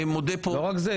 לא רק זה,